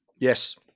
Yes